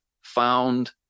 found